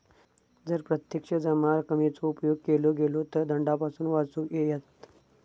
जर प्रत्यक्ष जमा रकमेचो उपेग केलो गेलो तर दंडापासून वाचुक येयत